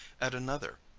at another,